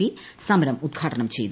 P സമരം ഉദ്ഘാടനം ചെയ്തു